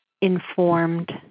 informed